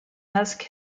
husk